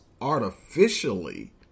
artificially